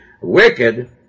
wicked